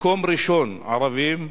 מקום ראשון ערבים,